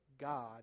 God